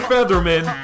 Featherman